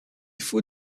faut